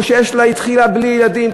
או התחילה בלי ילדים,